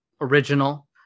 original